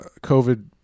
COVID